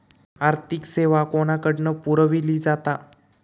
आर्थिक सेवा कोणाकडन पुरविली जाता?